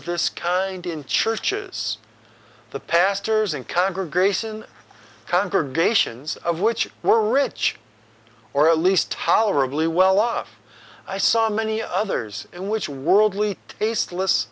this kind in churches the pastors and congregation congregations of which were rich or at least tolerably well off i saw many others in which worldly tasteless